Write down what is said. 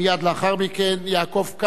יעקב כץ, אם הוא רוצה להשתתף,